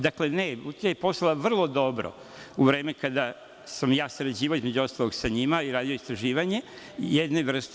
Dakle, ne, Lutrija je poslovala vrlo dobro u vreme kada sam ja sarađivao između ostalog sa njima i radio istraživanje jedne vrste.